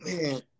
man